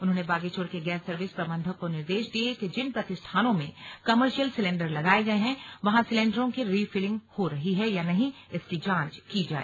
उन्होंने बागेश्वर के gas service प्रबन्धक को निर्देश दिये कि जिन प्रतिष्ठानों में कमर्शियल सिलेण्डर लगाये गये हैं वहां सिलेण्डरों की रिफिलिंग हो रही है या नहीं इसकी जांच की जाए